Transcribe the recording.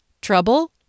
Trouble